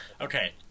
okay